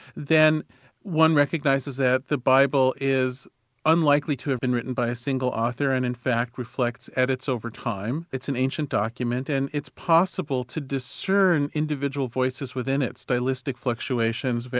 then one recognises that the bible is unlikely to have been written by a single author, and in fact reflects edits over time it's an ancient document and it's possible to discern individual voices within it stylistic fluctuations,